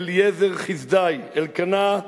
אליעזר חסדאי, אלקנה,